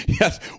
Yes